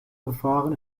verfahren